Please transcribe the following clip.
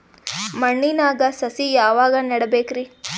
ಮಣ್ಣಿನಾಗ ಸಸಿ ಯಾವಾಗ ನೆಡಬೇಕರಿ?